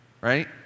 right